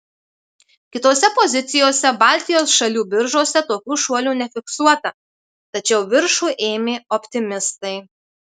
kitose pozicijose baltijos šalių biržose tokių šuolių nefiksuota tačiau viršų ėmė optimistai